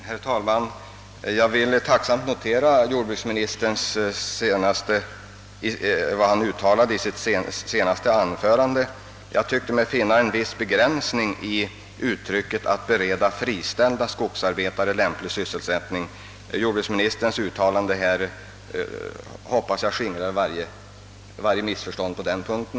Herr talman! Jag får med tillfredsställelse notera vad jordbruksministern uttalade i sitt senaste anförande. Jag tyckte mig i svaret finna en viss begränsning i uttrycket »att bereda friställda skogsarbetare lämplig sysselsättning». Jordbruksministerns uttalande här tycker jag skingrar varje oklarhet på den punkten.